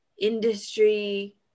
industry